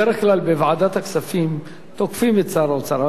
בדרך כלל בוועדת הכספים תוקפים את שר האוצר,